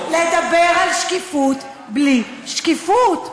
לדבר על שקיפות בלי שקיפות.